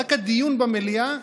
רק הדיון במליאה,